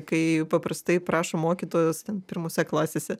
kai paprastai prašo mokytojos ten pirmose klasėse